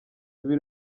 ibi